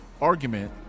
argument